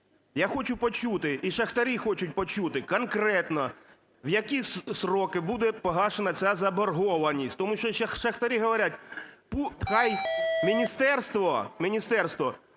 Я хочу почути і шахтарі хочуть почути конкретно, в які строки буде погашена ця заборгованість, тому що шахтарі говорять: "Хай міністерство, міністерство